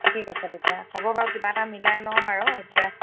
ঠিক আছে তেতিয়া হ'ব বাৰু কিবা এটা মিলাই ল'ম আৰু এতিয়া